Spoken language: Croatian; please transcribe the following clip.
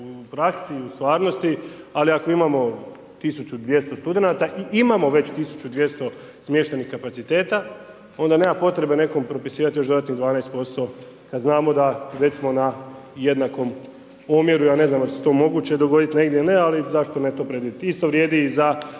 u praksi, u stvarnosti, ali ako imamo 1200 studenata i imamo već 1200 smještenih kapaciteta, onda nema potrebe nekom propisivati još dodatnih 12% kada znamo da recimo na jednakom omjeru, ja ne znam dal je to moguće dogoditi ili ne, ali zašto ne to predvidjeti. Isto vrijedi i za